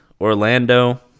Orlando